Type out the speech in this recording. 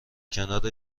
کنار